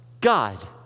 God